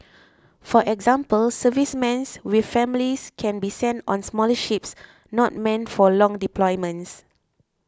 for example servicemens with families can be sent on smaller ships not meant for long deployments